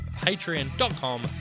patreon.com